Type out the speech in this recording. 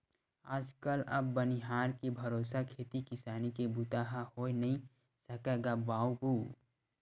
आज कल अब बनिहार के भरोसा खेती किसानी के बूता ह होय नइ सकय गा बाबूय